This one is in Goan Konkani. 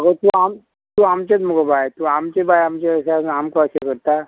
आगो तूं आम तूं आमचेंच मुगो बाय तूं आमचें बाय आमचें अशें आमकां अशें करता